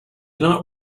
not